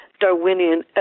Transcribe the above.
Darwinian